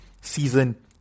season